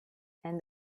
and